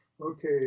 okay